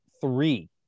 three